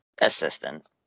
assistant